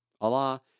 Allah